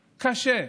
קשה,